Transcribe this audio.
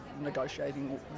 negotiating